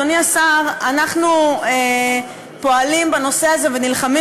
אדוני השר: אנחנו פועלים בנושא הזה ונלחמים